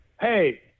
hey